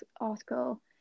article